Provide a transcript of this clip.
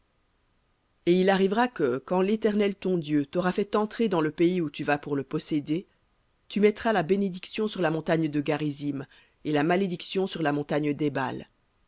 et il arrivera que quand l'éternel ton dieu t'aura fait entrer dans le pays où tu vas pour le posséder tu mettras la bénédiction sur la montagne de garizim et la malédiction sur la montagne d'ébal